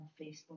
Facebook